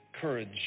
courage